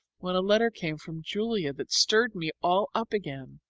when a letter came from julia that stirred me all up again.